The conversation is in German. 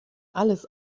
alles